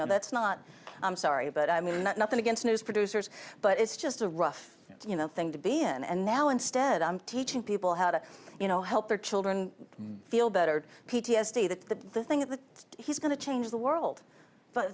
know that's not i'm sorry but i mean nothing against news producers but it's just a rough you know thing to be in and now instead i'm teaching people how to you know help their children feel better p t s d the things that he's going to change the world but